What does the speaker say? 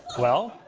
well,